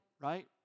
right